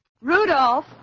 Rudolph